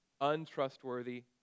untrustworthy